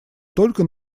только